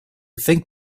think